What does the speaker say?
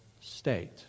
state